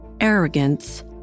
arrogance